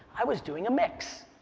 i was doing a mix.